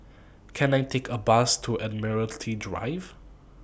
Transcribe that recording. Can I Take A Bus to Admiralty Drive